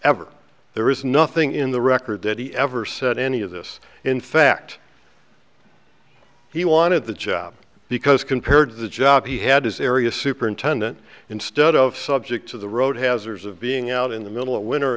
ever there is nothing in the record that he ever said any of this in fact he wanted the job because compared to the job he had his area superintendent instead of subject to the road hazards of being out in the middle of winter